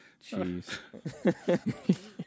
Jeez